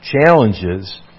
challenges